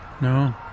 No